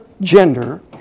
gender